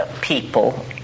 people